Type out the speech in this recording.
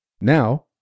Now